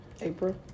April